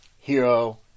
hero